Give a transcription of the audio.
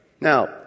Now